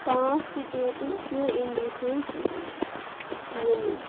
پانٛژھ سِٹیٹٕس چھِ اِنڈیہٕچ یِمہٕ